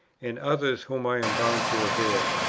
and others whom i am bound to revere.